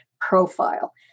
profile